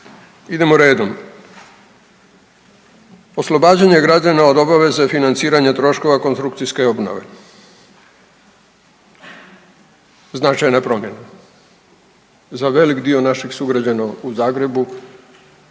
Idemo redom. Oslobađanje građana od obaveze financiranja troškova konstrukcijske obnove. Značajna promjena za velik dio naših sugrađana u Zagrebu,